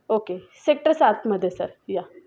okay sector सातमध्ये sir या